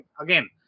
again